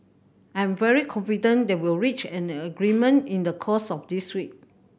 I am very confident that we'll reach an agreement in the course of this week